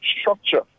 structure